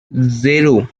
zero